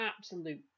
absolute